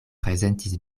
prezentis